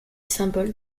symbole